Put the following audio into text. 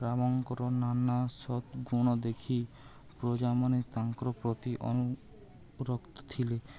ରାମଙ୍କର ନାନା ସତ୍ ଗୁଣ ଦେଖି ପ୍ରଜାମାନେ ତାଙ୍କର ପ୍ରତି ଅନୁୁରକ୍ତ ଥିଲେ